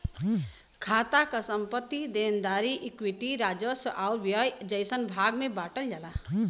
खाता क संपत्ति, देनदारी, इक्विटी, राजस्व आउर व्यय जइसन भाग में बांटल जाला